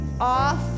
off